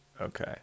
Okay